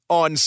on